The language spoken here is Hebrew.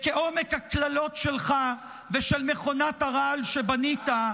כעומק הקללות שלך ושל מכונת הרעל שבנית,